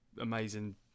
amazing